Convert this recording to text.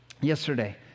yesterday